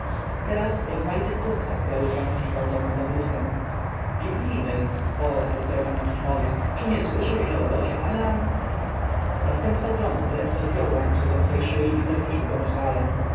teraz w rozmaitych punktach grały trąbki gwałtowną pobudkę biegnijmy wołał zdesperowany tutmozis czy nie słyszysz że w obozie alarm następca tronu prędko zdjął łańcuch ze swej szyi i zarzucił go na sarę